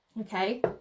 Okay